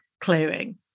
clearing